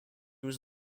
was